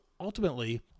ultimately